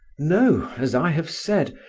no, as i have said,